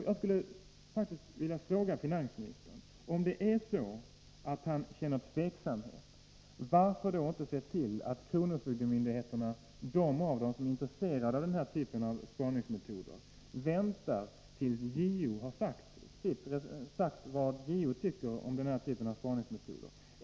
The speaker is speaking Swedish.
Jag skulle vilja fråga finansministern: Om det är så att finansministern känner tveksamhet, varför då inte se till att de kronofogdemyndigheter som är intresserade av denna typ av spaningsmetoder väntar tills JO har sagt vad JO tycker om dessa spaningsmetoder?